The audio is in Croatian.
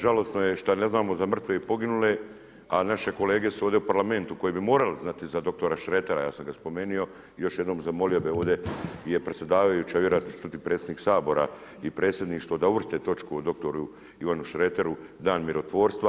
Žalosno je šta ne znamo za mrtve i poginule a naše kolege su ovdje u Parlamentu koje bi morale znati za dr. Šretera, ja sam ga spomenuo, još jednom zamolio bi ovdje i predsjedavajuće, vjerojatno će čuti predsjednik Sabor i predsjedništvo da uvrste točku od dr. Ivanu Šreteru, dan mirotvorstva.